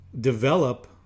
develop